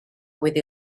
with